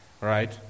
right